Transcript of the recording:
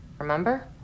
Remember